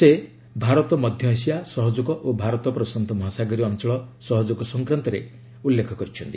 ସେ ଭାରତ ମଧ୍ୟ ଏସିଆ ସହଯୋଗ ଓ ଭାରତ ପ୍ରଶାନ୍ତ ମହାସାଗରୀୟ ଅଞ୍ଚଳ ସହଯୋଗ ସଂକ୍ରାନ୍ତରେ ମଧ୍ୟ ଉଲ୍ଲ୍ଖେ କରିଛନ୍ତି